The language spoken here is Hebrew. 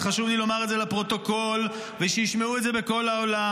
וחשוב לי לומר את זה לפרוטוקול ושישמעו את זה בכל העולם,